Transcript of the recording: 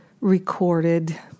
recorded